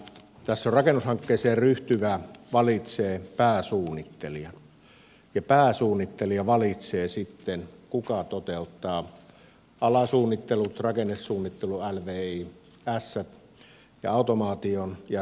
tässä rakennushankkeeseen ryhtyvä valitsee pääsuunnittelijan ja pääsuunnittelija valitsee sitten kuka toteuttaa alasuunnittelut rakennesuunnittelun lvisn ja automaation ja näin se lähtee